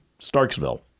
Starksville